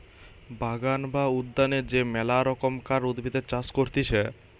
বাগান বা উদ্যানে যে মেলা রকমকার উদ্ভিদের চাষ করতিছে